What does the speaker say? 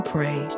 Pray